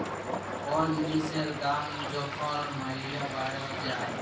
call জিলিসের দাম যখল ম্যালা বাইড়ে যায়